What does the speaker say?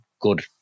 good